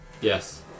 Yes